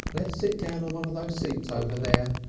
let's sit down on one of those seats over there,